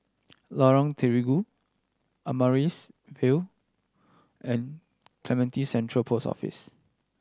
Lorong Terigu Amaryllis Ville and Clementi Central Post Office